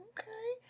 Okay